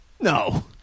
No